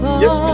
yes